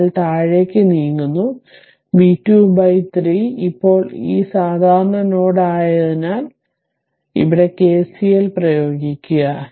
അതിനാൽ താഴേക്ക് നീങ്ങുന്നു v 2 3 ഇപ്പോൾ ഇത് ഒരു സാധാരണ നോഡ് ആയതിനാൽ ഇവിടെ KCL പ്രയോഗിക്കുക